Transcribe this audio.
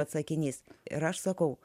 atsakinės ir aš sakau